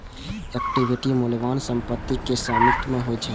equity मूल्यवान संपत्तिक स्वामित्व होइ छै